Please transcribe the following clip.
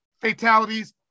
fatalities